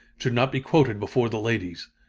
should not be quoted before the ladies.